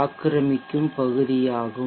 ஆக்கிரமிக்கும் பகுதியாகும்